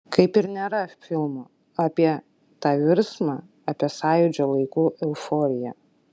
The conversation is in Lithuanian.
kaip ir nėra filmo apie tą virsmą apie sąjūdžio laikų euforiją